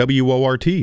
WORT